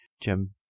Jim